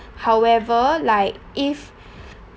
however like if